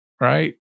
right